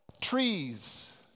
Trees